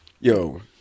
Yo